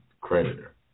creditor